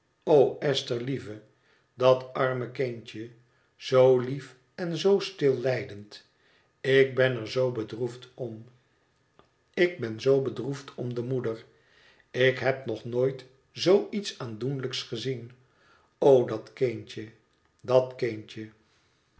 o esther lieve dat arme kindje zoo lief en zoo stil lijdend ik ben er zoo bedroefd om ik ben zoo bedroefd om de moeder ik heb nog nooit zoo iets aandoenlijks gezien o dat kindje dat kindje